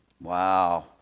Wow